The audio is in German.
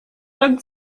man